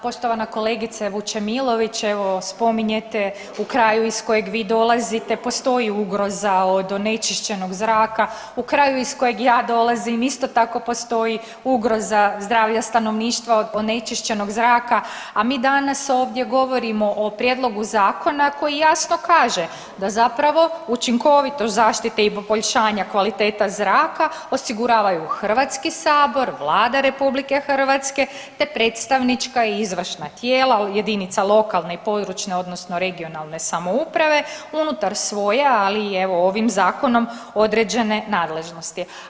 Poštovana kolegice Vučemilović, evo spominjete u kraju iz kojeg vi dolazite postoji ugroza od onečišćenog zraka, u kraju iz kojeg ja dolazim isto tako postoji ugroza zdravlja stanovništva od onečišćenog zraka, a mi danas ovdje govorimo o prijedlogu zakona koji jasno kaže da zapravo učinkovitost zaštite i poboljšanja kvalitete zraka osiguravaju HS, Vlada RH, te predstavnička i izvršna tijela od jedinica lokalne i područne odnosno regionalne samouprave unutar svoje, ali i evo ovim zakonom određene nadležnosti.